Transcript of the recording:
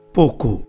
pouco